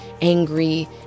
angry